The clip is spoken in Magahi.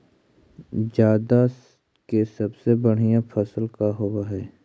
जादा के सबसे बढ़िया फसल का होवे हई?